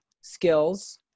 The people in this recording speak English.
skills